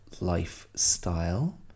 lifestyle